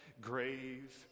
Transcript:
grave